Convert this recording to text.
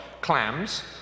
clams